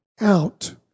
out